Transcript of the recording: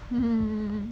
hmm